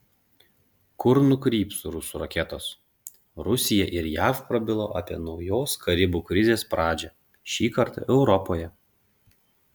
kur nukryps rusų raketos rusija ir jav prabilo apie naujos karibų krizės pradžią šįkart europoje